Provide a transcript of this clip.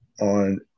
on